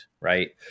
Right